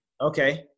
Okay